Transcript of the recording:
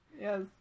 Yes